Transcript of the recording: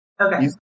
Okay